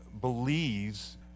believes